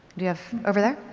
yes, over there?